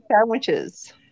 sandwiches